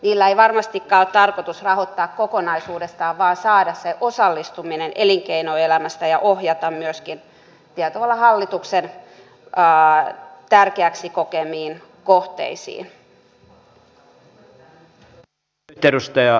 niillä ei varmastikaan ole tarkoitus rahoittaa kokonaisuudessaan vaan saada se osallistuminen elinkeinoelämästä ja myöskin ohjata sitä tietyllä tavalla hallituksen tärkeäksi kokemiin kohteisiin